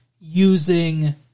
using